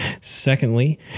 Secondly